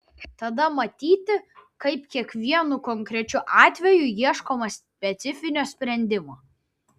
tada matyti kaip kiekvienu konkrečiu atveju ieškoma specifinio sprendimo